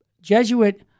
Jesuit